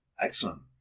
Excellent